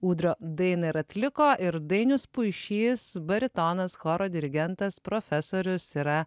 ūdrio dainą ir atliko ir dainius puišys baritonas choro dirigentas profesorius yra